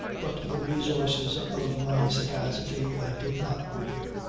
but the resources of my sagacity i did not review.